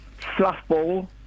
Fluffball